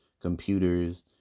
computers